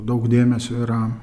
daug dėmesio yra